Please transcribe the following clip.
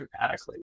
dramatically